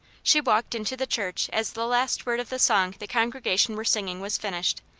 she walked into the church as the last word of the song the congregation were singing was finished,